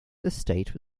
estate